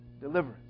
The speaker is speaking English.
deliverance